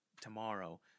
tomorrow